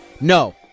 No